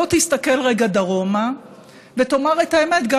בוא תסתכל רגע דרומה ותאמר את האמת גם